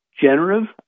generative